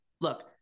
look